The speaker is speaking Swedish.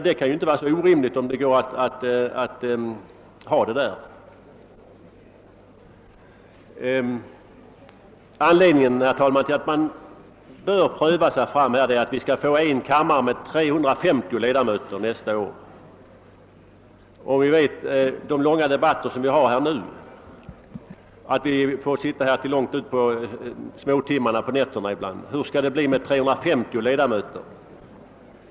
Det kan inte vara så orimligt, om det går att tillämpa på dessa håll. Anledningen, herr talman, till att man bör pröva sig fram är att vi nästa år skall få en kammare med 350 ledamöter. Vi vet vilka långa debatter vi har redan nu, så att vi får sitta här till långt in på småtimmarna ibland. Hur skall det då bli när vi får 350 ledamöter?